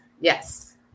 Yes